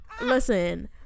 Listen